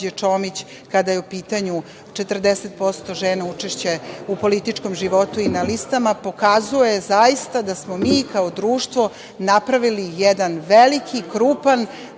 Čomić, kada je u pitanju 40% žena učešće u političkom životu i na listama, pokazuje zaista da smo mi kao društvo napravili jedan veliki, krupan